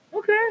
Okay